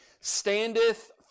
standeth